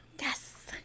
yes